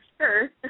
Sure